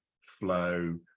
flow